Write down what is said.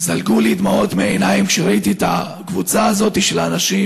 זלגו לי דמעות מהעיניים כשראיתי את הקבוצה הזאת של האנשים,